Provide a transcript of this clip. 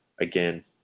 again